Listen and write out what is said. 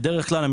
בדרך כלל,